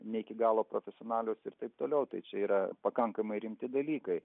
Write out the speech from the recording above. ne iki galo profesionalios ir taip toliau tai čia yra pakankamai rimti dalykai